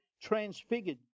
transfigured